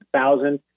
thousand